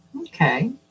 Okay